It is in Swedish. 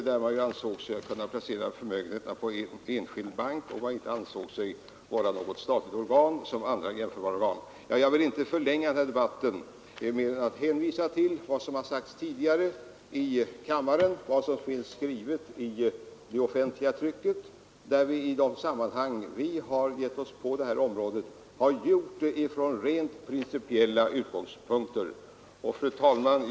Man menade att man kunde placera förmögenheterna i enskild bank och ansåg sig inte på något sätt jämförbar med andra statliga organ. Jag skall emellertid inte nu förlänga den här debatten utan nöjer mig med att hänvisa till vad som tidigare har sagts i kammaren och vad som finns att läsa i det ganska omfattande offentliga trycket. Jag vill bara säga att när vi har givit oss in på dessa områden har vi gjort det från rent principiella utgångspunkter. Fru talman!